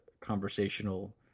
conversational